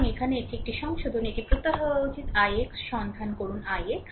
সুতরাং এখানে এটি একটি সংশোধন এটি প্রত্যয় হওয়া উচিত ix সন্ধান ix